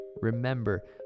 Remember